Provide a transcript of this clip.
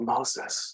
Moses